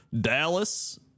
Dallas